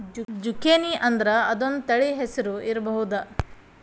ಜುಕೇನಿಅಂದ್ರ ಅದೊಂದ ತಳಿ ಹೆಸರು ಇರ್ಬಹುದ